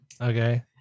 okay